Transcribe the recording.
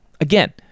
Again